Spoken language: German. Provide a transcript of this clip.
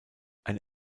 eine